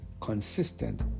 consistent